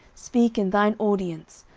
speak in thine audience,